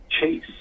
Chase